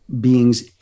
beings